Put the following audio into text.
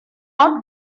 not